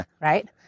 right